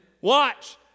watch